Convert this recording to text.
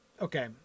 okay